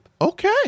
Okay